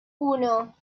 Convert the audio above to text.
uno